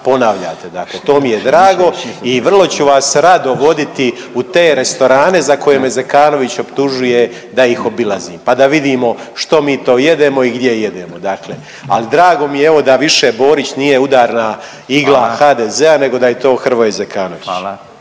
ponavljate, dakle to mi je drago i vrlo ću vas rado voditi u te restorane za koje me Zekanović optužuje da ih obilazim pa da vidimo što mi to jedemo i gdje jedemo dakle, ali drago mi je evo da više Borić nije udarna igla HDZ-a nego .../Upadica: Hvala./...